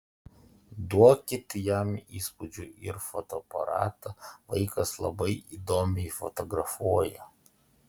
duokit jam įspūdžių ir fotoaparatą vaikas labai įdomiai fotografuoja